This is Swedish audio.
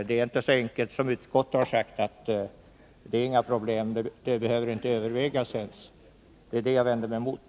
Det är inte så enkelt som utskottet har sagt, att det inte är några problem och att det inte ens behöver övervägas. Det är detta jag vänder mig emot.